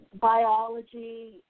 biology